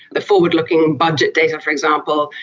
the forward-looking budget data, for example,